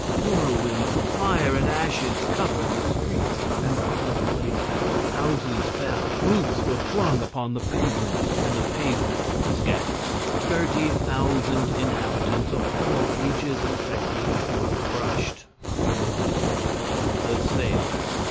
whirlwinds of fire and ashes covered the streets and public places houses fell, roofs were flung upon the pavements, and the pavements were scattered. thirty thousand inhabitants of all ages and sexes were crushed under the ruins. four the sailor,